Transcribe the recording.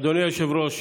אדוני היושב-ראש,